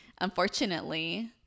unfortunately